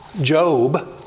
Job